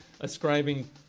ascribing